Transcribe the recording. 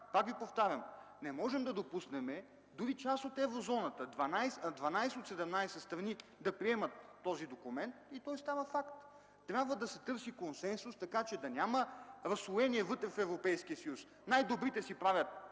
Пак Ви повтарям – не можем да допуснем дори част от Еврозоната, 12, 18 страни да приемат този документ и той да става факт. Трябва да се търси консенсус, така че да няма разслоение вътре в Европейския съюз – най-добрите си правят